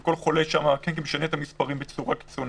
כל חולה שם משנה את המס' בצורה קיצונית,